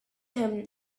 him